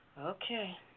Okay